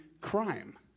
crime